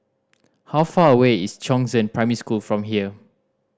how far away is Chongzheng Primary School from here